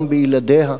גם בילדיה.